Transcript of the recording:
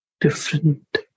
different